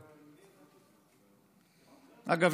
אגב,